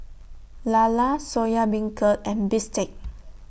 Lala Soya Beancurd and Bistake